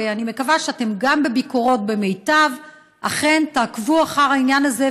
ואני מקווה שגם בביקורת ביחידת מיטב אכן תעקבו אחר העניין הזה,